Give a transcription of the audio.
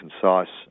concise